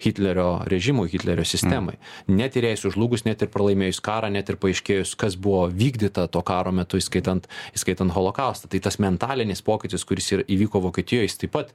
hitlerio režimui hitlerio sistemai net ir jei sužlugus net ir pralaimėjus karą net ir paaiškėjus kas buvo vykdyta to karo metu įskaitant įskaitant holokaustą tai tas mentalinis pokytis kuris ir įvyko vokietijoj jis taip pat